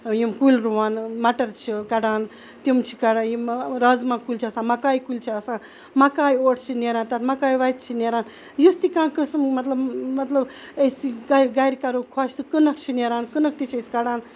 یِم کُلۍ رُوان مَٹر چھِ کَران تِم چھِ کَران یہِ رازمہ کُلۍ چھِ آسان مَکاے کُلۍ چھِ آسان مَکاے اوٹ چھ نیران تتھ مَکاے وَچہِ چھ نیران یُس تہِ قسم مَطلَب أسۍ گَرٕ کَرو خۄش سُہ کنک چھُ نیران کنک تہِ چھِ أسۍ کَڑان